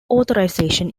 authorization